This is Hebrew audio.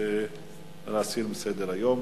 להסיר מסדר-היום.